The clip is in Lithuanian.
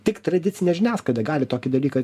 tik tradicinė žiniasklaida gali tokį dalyką